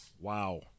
wow